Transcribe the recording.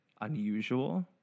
unusual